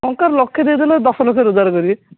ଟଙ୍କା ଲକ୍ଷେ ଦେଇ ଦେଲେ ଦଶ ଲକ୍ଷ ରୋଜଗାର କରିବେ